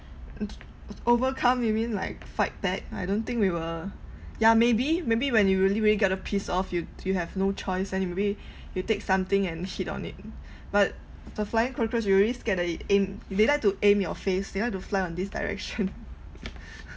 if overcome you mean like fight back I don't think we will yeah maybe maybe when you really really get uh pissed off you you have no choice then you maybe you take something and hit on it but the flying cockroach you already scared they aim they like to aim your face they like to fly on this direction